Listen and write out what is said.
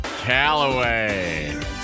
Callaway